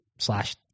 slash